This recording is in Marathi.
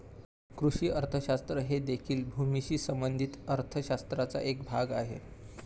कृषी अर्थशास्त्र हे देखील भूमीशी संबंधित अर्थ शास्त्राचा एक भाग आहे